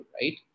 right